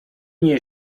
nie